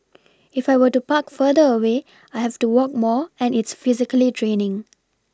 if I were to park further away I have to walk more and it's physically draining